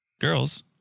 girls